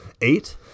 Eight